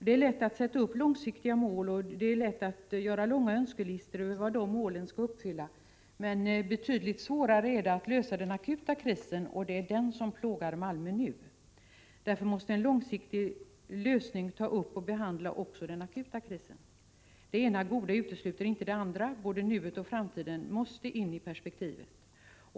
Det är lätt att sätta upp långsiktiga mål, och det är lätt att göra långa önskelistor över vad de målen skall uppfylla. Betydligt svårare är det att lösa den akuta krisen, och det är den som plågar Malmö nu. Därför måste en långsiktig lösning ta upp och behandla också den akuta krisen. Det ena goda utesluter inte det andra. Både nuet och framtiden måste in i perspektivet.